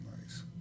Nice